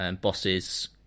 bosses